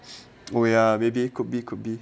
oh ya maybe could be could be